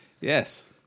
Yes